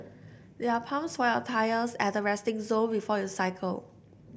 there are pumps for your tyres at the resting zone before you cycle